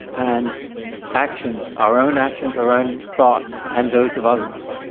and actions, our own actions, our own thoughts, and those of others.